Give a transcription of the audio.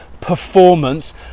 performance